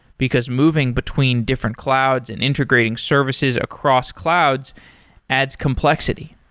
because moving between different clouds and integrating services across clouds adds complexity.